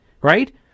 Right